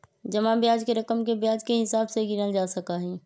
जमा ब्याज के रकम के ब्याज के हिसाब से गिनल जा सका हई